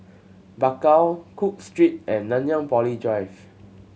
Bakau Cook Street and Nanyang Poly Drive